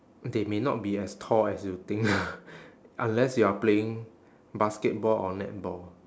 they may not be as tall as you think unless you are playing basketball or netball